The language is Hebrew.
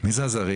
מי זה הזרים?